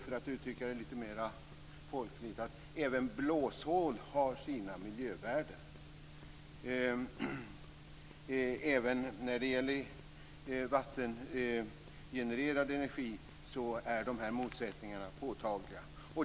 För att uttrycka det lite mer folkligt: Även blåshål har sina miljövärden. Även när det gäller vattengenererad energi är de här motsättningarna påtagliga.